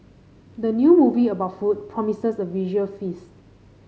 the new movie about food promises a visual feast